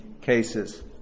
cases